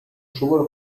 hashobora